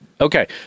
okay